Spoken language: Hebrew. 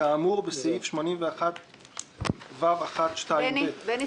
הנדחה כאמור בסעיף 81(ו1)(2)(ב)" בני,